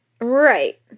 Right